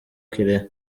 kirehe